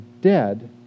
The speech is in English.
dead